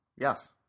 yes